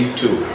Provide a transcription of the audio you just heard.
two